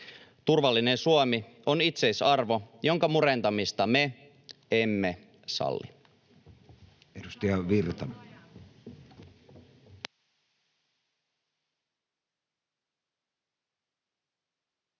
Turvallinen Suomi on itseisarvo, jonka murentamista me emme salli.